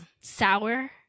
Sour